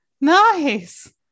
nice